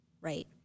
Right